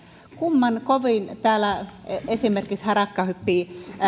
kumman kovin täällä esimerkiksi harakka hyppii